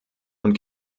und